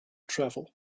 travel